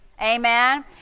Amen